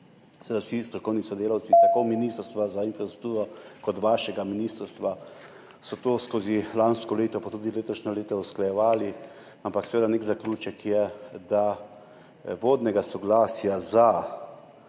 Vsi strokovni sodelavci tako z ministrstva za infrastrukturo kot z vašega ministrstva so to skozi lansko leto, pa tudi letošnje leto, usklajevali, ampak nek zaključek je, da vodnega soglasja za